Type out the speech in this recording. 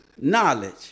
Knowledge